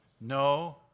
No